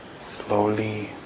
slowly